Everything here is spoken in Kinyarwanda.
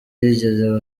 yigeze